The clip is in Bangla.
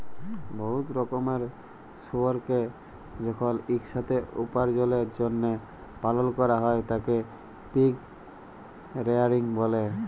বহুত রকমের শুয়রকে যখল ইকসাথে উপার্জলের জ্যলহে পালল ক্যরা হ্যয় তাকে পিগ রেয়ারিং ব্যলে